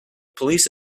police